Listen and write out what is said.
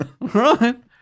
right